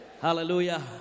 hallelujah